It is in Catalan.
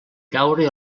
caure